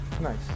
nice